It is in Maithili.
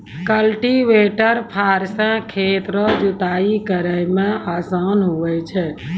कल्टीवेटर फार से खेत रो जुताइ करै मे आसान हुवै छै